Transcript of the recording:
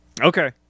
okay